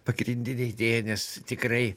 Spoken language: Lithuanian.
pagrindinę idėją nes tikrai